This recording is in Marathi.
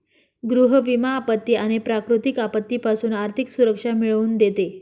गृह विमा आपत्ती आणि प्राकृतिक आपत्तीपासून आर्थिक सुरक्षा मिळवून देते